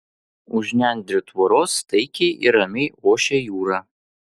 už nendrių tvoros taikiai ir ramiai ošė jūra